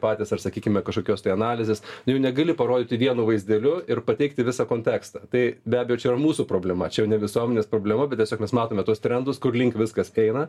patys ar sakykime kažkokios tai analizės jų negali parodyti vienu vaizdeliu ir pateikti visą kontekstą tai be abejo čia yra mūsų problema čia ne visuomenės problema bet tiesiog mes matome tuos trendus kurlink viskas eina